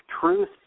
truth